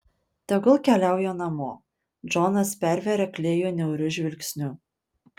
tegul keliauja namo džonas pervėrė klėjų niauriu žvilgsniu